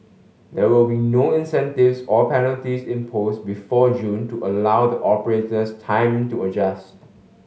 there will be no incentives or penalties imposed before June to allow the operators time to adjust